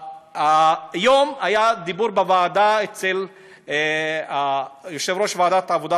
היום היה דיבור בוועדה אצל יושב-ראש ועדת העבודה,